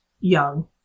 young